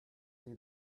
see